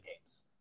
games